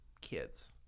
kids